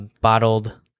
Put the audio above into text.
Bottled